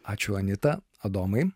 ačiū anyta adomai